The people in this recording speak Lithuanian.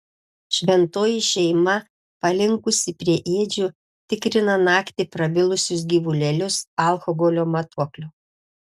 šventoji šeima palinkusi prie ėdžių tikrina naktį prabilusius gyvulėlius alkoholio matuokliu